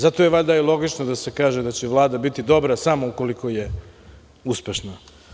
Zato je valjda logično da se kaže da će Vlada biti dobra samo ukoliko je uspešna.